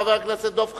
חבר הכנסת דב חנין.